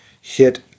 hit